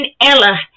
Ella